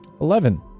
Eleven